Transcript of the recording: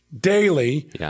daily